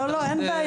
לא, לא.